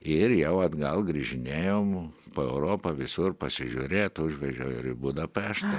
ir jau atgal grįžinėjom po europą visur pasižiūrėt užvežiau ir į budapeštą